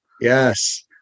Yes